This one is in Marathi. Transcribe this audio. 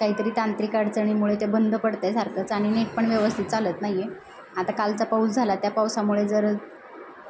काहीतरी तांत्रिक अडचणीमुळे ते बंद पडत आहे सारखंचं आणि नेट पण व्यवस्थित चालत नाही आहे आता कालचा पाऊस झाला त्या पावसामुळे जर